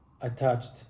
attached